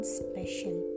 special